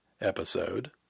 episode